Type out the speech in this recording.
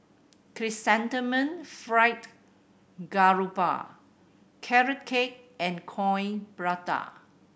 Chrysanthemum Fried Garoupa Carrot Cake and Coin Prata